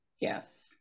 Yes